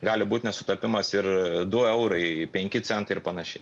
gali būt nesutapimas ir du eurai penki centai ir panašiai